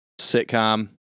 sitcom